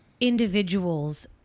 individuals